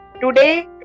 Today